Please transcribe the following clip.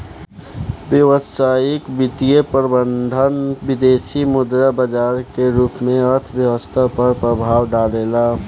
व्यावसायिक वित्तीय प्रबंधन विदेसी मुद्रा बाजार के रूप में अर्थव्यस्था पर प्रभाव डालेला